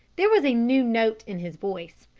there was a new note in his voice.